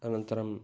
अनन्तरम्